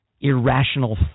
irrational